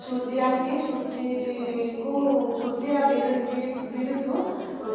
ସୁଜି ଆଣିକି ସୁଜି କୁ ସୁଜି ଆଉ ବିରିକୁ